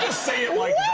say it like